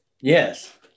Yes